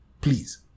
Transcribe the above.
Please